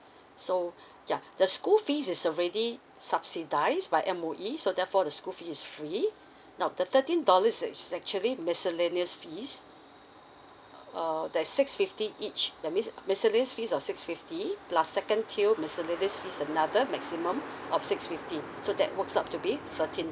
so yeah the school fees is already subsidised by M_O_E so therefore the school fees is free now the thirteen dollars is actually miscellaneous fees uh there's six fifty each that means uh miscellaneous fees of six fifty plus second tier miscellaneous fees another maximum of six fifty so that works up to be thirteen